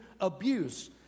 abuse